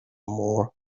more